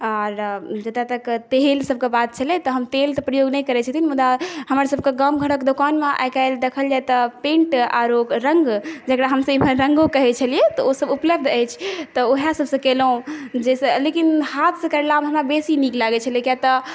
आओर जतऽ तक तेल सबके बात छलै तऽ हम तेलके प्रयोग नहि करै छथिन मुदा हमर सबके गामघरक दोकानमे आइकाल्हि देखल जाइ तऽ पेन्ट आओर रङ्ग जकरा हमसब इमहर रङ्गो कहै छलिए तऽ ओ सब उपलब्ध अछि तऽ ओहि सबसँ केलहुँ जाहिसँ लेकिन हाथसँ करलामे हमरा बेसी नीक लागै छलै किएकतँ